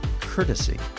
courtesy